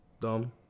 dumb